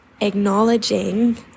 acknowledging